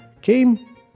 came